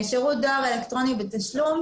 שירות דואר אלקטרוני בתשלום,